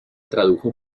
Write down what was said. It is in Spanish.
tradujo